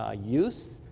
ah use,